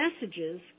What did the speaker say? messages